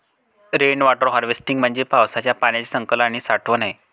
rain water harvesting म्हणजे पावसाच्या पाण्याचे संकलन आणि साठवण आहे